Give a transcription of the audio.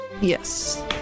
yes